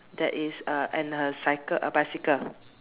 that is uh and her cycle uh bicycle